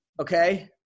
Okay